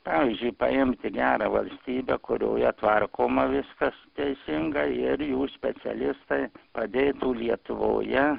pavyzdžiui paimti gerą valstybę kurioje tvarkoma viskas teisingai ir jų specialistai padėtų lietuvoje